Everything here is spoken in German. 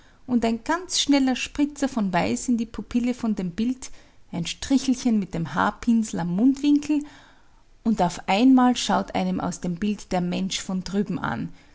und ein ganz schneller spritzer von weiß in die pupille von dem bild ein strichelchen mit dem haarpinsel am mundwinkel und auf einmal schaut einem aus dem bild der mensch von drüben an